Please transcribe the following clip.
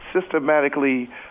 systematically